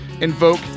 Invoke